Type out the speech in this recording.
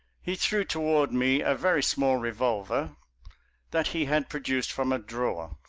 he threw toward me a very small revolver that he had produced from a drawer.